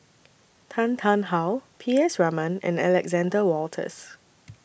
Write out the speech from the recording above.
Tan Tarn How P S Raman and Alexander Wolters